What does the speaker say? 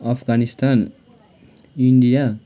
Afghanistan India